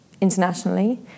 internationally